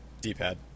D-pad